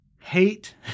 hate